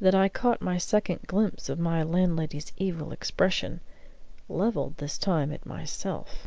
that i caught my second glimpse of my landlady's evil expression levelled this time at myself.